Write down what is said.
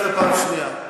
קורא אותך לסדר פעם ראשונה.